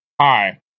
Hi